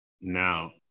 Now